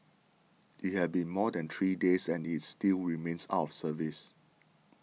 it has been more than three days and is still remains out of service